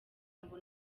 ngo